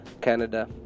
Canada